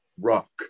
rock